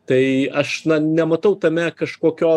tai aš nematau tame kažkokio